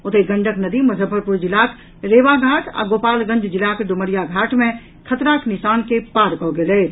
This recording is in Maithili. ओतहि गंडक नदी मुजफ्फरपुर जिलाक रेवा घाट आ गोपालगंज जिलाक डुमरिया घाट मे खतराक निशान के पार कऽ गेल अछि